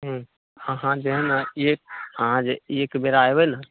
हुँ हँ हँ जेहन अहाँ अहाँ जे एकबेर अएबै ने